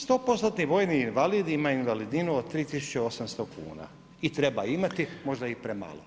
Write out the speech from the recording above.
Stopostotni vojni invalid ima invalidninu od 3800 kuna i treba imati, možda i premalo.